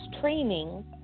training